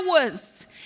hours